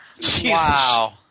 Wow